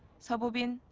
so bo-bin,